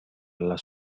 alla